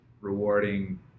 rewarding